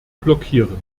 blockieren